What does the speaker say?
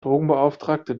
drogenbeauftragte